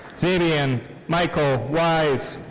zaebian michael weis.